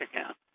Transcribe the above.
account